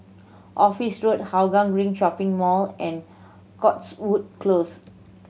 Office Road Hougang Green Shopping Mall and Cotswold Close